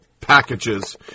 packages